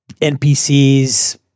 npcs